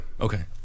Okay